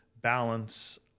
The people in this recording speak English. balance